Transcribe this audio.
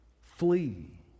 Flee